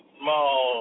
small